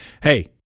Hey